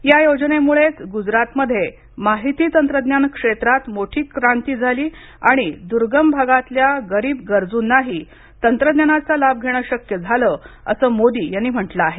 या योजनेमुळेच गुजरातमध्ये माहिती तंत्रज्ञान क्षेत्रात मोठी क्रांती झाली आणि दुर्गम भागातल्या गरीब गरजूंनाही तंत्रज्ञानाचा लाभ घेण शक्य झालं असं मोदी यांनी म्हटलं आहे